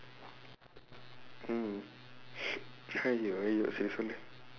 hmm !aiyo! !aiyo! சரி சொல்லு:sari sollu